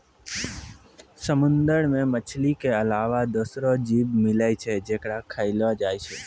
समुंदर मे मछली के अलावा दोसरो जीव मिलै छै जेकरा खयलो जाय छै